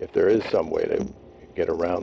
if there is some way to get around